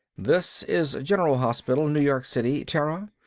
this is general hospital, new york city, terra.